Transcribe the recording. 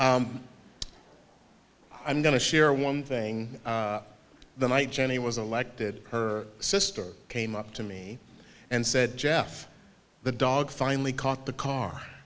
at i'm going to share one thing the night jenny was elected her sister came up to me and said jeff the dog finally caught the car